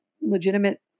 legitimate